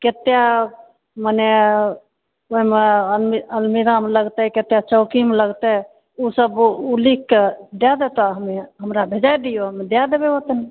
कत्तेक मने ओहिमे अनमी अलमीरामे लगतै कत्तेक चौकीमे लगतै ओ सब ओ लिख के दै देतौ हमे हमरा भेजाइ दियौ हम दै देबै